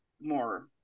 more